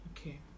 Okay